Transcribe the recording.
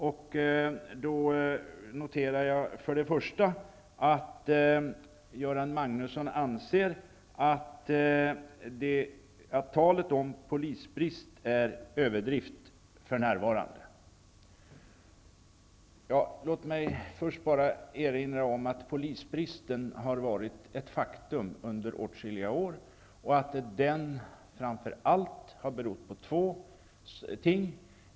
Jag noterar att Göran Magnusson anser att talet om polisbrist för närvarande är överdrift. Låt mig då få erinra om att polisbristen har varit ett faktum under åtskilliga år och att den framför allt har berott på två ting.